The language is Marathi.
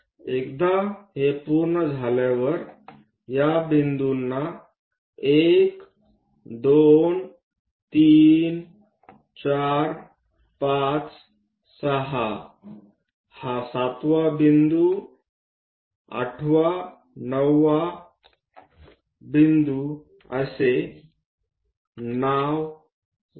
एकदा हे पूर्ण झाल्यावर या बिंदूंना 1 2 3 4 5 6 हा 7 वा बिंदूं 8 वां 9 बिंदूं असे नाव देऊ